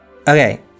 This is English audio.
Okay